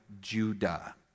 Judah